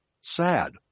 sad